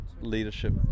leadership